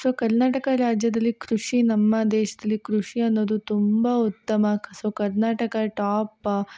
so Karnataka ರಾಜ್ಯದಲ್ಲಿ ಕೃಷಿ ನಮ್ಮ ದೇಶದಲ್ಲಿ ಕೃಷಿ ಅನ್ನೋದು ತುಂಬ ಉತ್ತಮ ಕರ್ನಾಟಕ ಟಾಪ